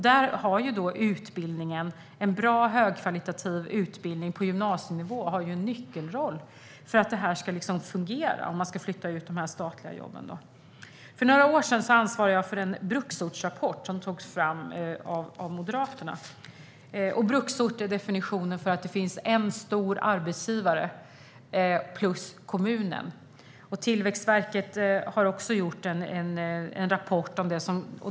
Där har en bra och högkvalitativ utbildning på gymnasienivå en nyckelroll för att det ska fungera att flytta ut de statliga jobben. För några år sedan ansvarade jag för den bruksortsrapport som togs fram av Moderaterna. Definitionen för bruksorter är att det finns en stor arbetsgivare plus kommunen. Tillväxtverket har också gjort en rapport.